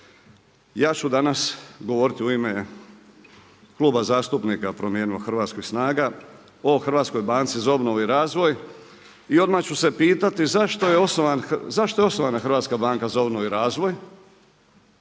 Ja ću danas govoriti u ime Kluba zastupnika „Promijenimo Hrvatsku“ i „SNAGA“ o Hrvatskoj banci za obnovu i razvoj. I odmah ću se pitati zašto je osnovana Hrvatska banka za obnovu i razvoj?